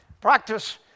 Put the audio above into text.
practice